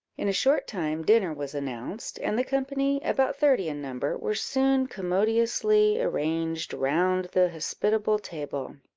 in a short time dinner was announced, and the company, about thirty in number, were soon commodiously arranged round the hospitable table.